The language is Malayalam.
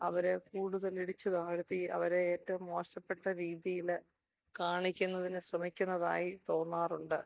അവരെ കൂടുതൽ ഇടിച്ചു താഴ്ത്തി അവരെ ഏറ്റവും മോശപ്പെട്ട രീതിയിൽ കാണിക്കുന്നതിന് ശ്രമിക്കുന്നതായി തോന്നാറുണ്ട്